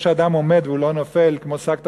זה שאדם עומד והוא לא נופל כמו שק תפוחי-אדמה,